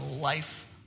life